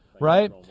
right